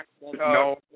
No